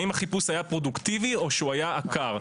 האם החיפוש היה פרודוקטיבי או שהוא היה עקר.